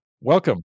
Welcome